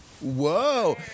Whoa